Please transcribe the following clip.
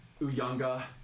Uyanga